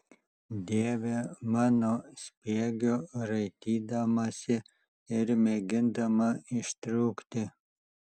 dieve mano spiegiu raitydamasi ir mėgindama ištrūkti